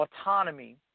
autonomy